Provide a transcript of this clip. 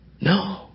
No